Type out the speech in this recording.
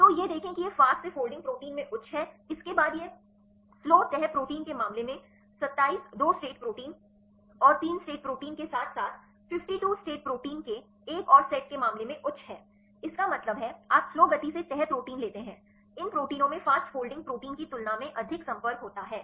तो यह देखें कि यह फ़ास्ट से फोल्डिंग प्रोटीन में उच्च है इसके बाद यह स्लो तह प्रोटीन के मामले में 27 2 स्टेट प्रोटीन और 3 स्टेट प्रोटीन के साथ साथ 52 स्टेट प्रोटीन के एक और सेट के मामले में उच्च है इसका मतलब है आप स्लो गति से तह प्रोटीन लेते हैं इन प्रोटीनों में फ़ास्ट फोल्डिंग प्रोटीन की तुलना में अधिक संपर्क होता है